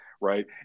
right